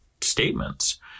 statements